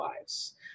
lives